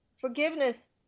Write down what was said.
forgiveness